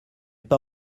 pas